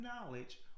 knowledge